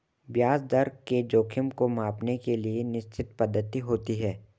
ब्याज दर के जोखिम को मांपने के लिए निश्चित पद्धति होती है